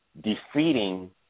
defeating